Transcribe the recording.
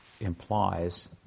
implies